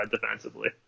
defensively